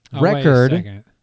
record